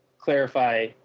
clarify